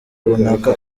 runaka